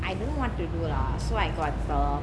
I don't know want to do lah so I got the